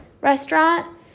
restaurant